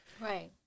Right